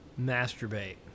masturbate